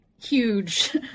huge